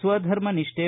ಸ್ವ ಧರ್ಮ ನಿಷ್ಠೆ